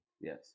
Yes